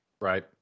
right